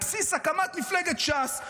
בבסיס הקמת מפלגת ש"ס,